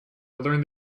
learned